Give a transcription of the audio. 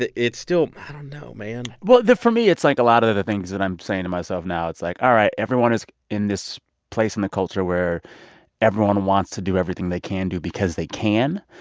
it's still i don't know, man well, the for me, it's like a lot of the things that i'm saying to myself now. it's like, all right. everyone is in this place in the culture where everyone wants to do everything they can do because they can.